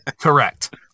Correct